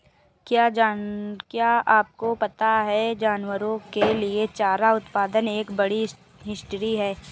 क्या आपको पता है जानवरों के लिए चारा उत्पादन एक बड़ी इंडस्ट्री है?